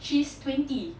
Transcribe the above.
she's twenty